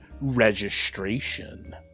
Registration